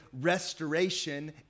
restoration